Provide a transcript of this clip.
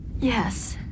Yes